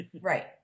Right